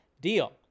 deal